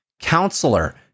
counselor